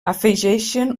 afegeixen